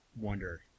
wonder